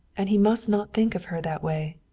and he must not think of her that way.